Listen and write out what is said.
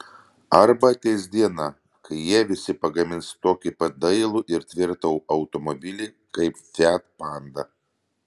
arba ateis diena kai jie visi pagamins tokį pat dailų ir tvirtą automobilį kaip fiat panda